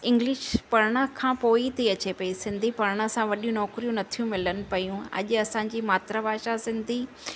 English पढ़ण खां पोइ थी अचे पई सिंधी पढ़ण सां वॾियूं नौकिरियूं नथियूं मिलनि पियूं अॼु असांजी मातृभाषा सिंधी